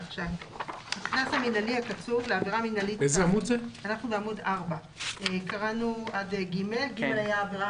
(ד)הקנס המינהלי הקצוב לעבירה מינהלית כאמור בסעיף קטן (ב) שהיא עבירה